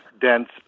dense